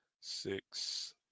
six